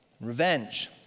Revenge